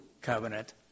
covenant